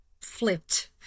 flipped